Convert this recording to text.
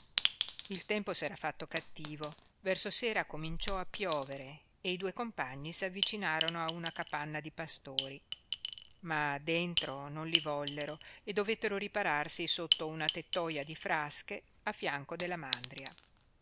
il tempo s'era fatto cattivo verso sera cominciò a piovere e i due compagni s'avvicinarono a una capanna di pastori ma dentro non li vollero e dovettero ripararsi sotto una tettoia di frasche a fianco della mandria